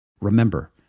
Remember